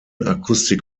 akustik